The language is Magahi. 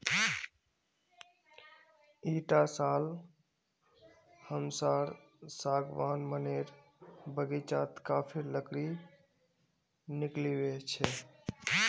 इटा साल हमसार सागवान मनेर बगीचात काफी लकड़ी निकलिबे छे